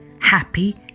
Happy